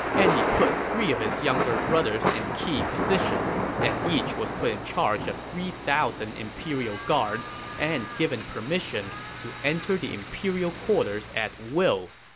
and he put three of his younger brothers in key positions, and each was put in charge of three thousand imperial guards and given permission to enter the imperial quarters at will.